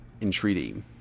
entreaty